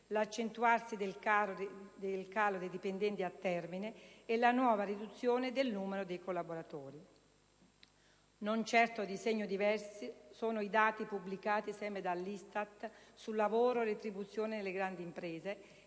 l'accentuarsi del calo dei dipendenti a termine e la nuova riduzione del numero dei collaboratori». Non certo di segno diverso sono i dati pubblicati sempre dall'ISTAT su lavoro e retribuzioni nelle grandi imprese